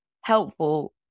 helpful